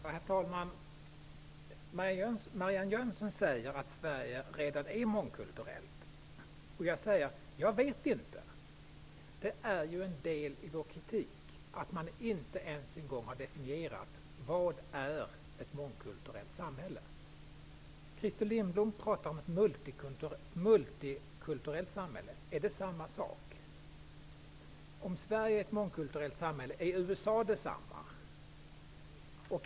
Herr talman! Marianne Jönsson sade att Sverige redan är mångkulturellt. Jag vet inte om det är så. En del av vår kritik går ju ut på att man inte ens har definierat vad ett mångkulturellt samhälle är. Christer Lindblom talade om ett multikulturellt samhälle. Är det samma sak? Om Sverige är ett mångkulturellt samhälle, är USA också det?